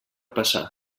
passar